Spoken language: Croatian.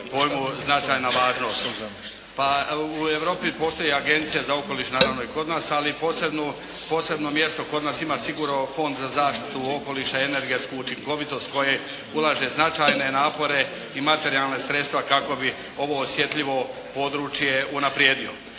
pojmu značajna važnost. U Europi postoji Agencija za okoliš, naravno i kod nas ali posebno mjesto kod nas ima sigurno Fond za zaštitu okoliša i energetsku učinkovitost koji ulaže značajne napore i materijalna sredstva kako bi ovo osjetljivo područje unaprijedio.